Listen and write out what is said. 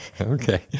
Okay